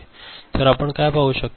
तर आपण काय पाहू शकता